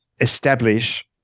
establish